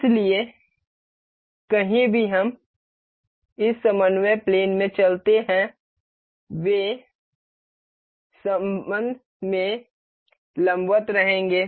इसलिए कहीं भी हम इस समन्वय प्लेन में चलते हैं वे संबंध में लंबवत रहेंगे